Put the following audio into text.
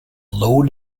low